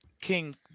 King